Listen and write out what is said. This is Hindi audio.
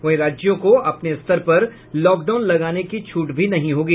वहीं राज्यों को अपने स्तर पर लॉकडाउन लगाने की छूट भी नहीं होगी